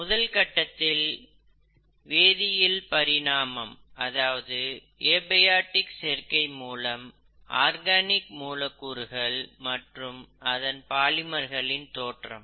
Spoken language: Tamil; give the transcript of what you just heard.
முதல் கட்டத்தில் வேதியியல் பரிணாமம் அதாவது அபயாடிக் சேர்க்கை மூலம் ஆர்கானிக் மூலக்கூறுகள் மற்றும் அதன் பாலிமர்களின் தோற்றம்